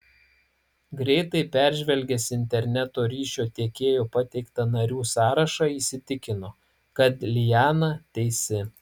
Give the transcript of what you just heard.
greitai peržvelgęs interneto ryšio tiekėjo pateiktą narių sąrašą įsitikino kad liana teisi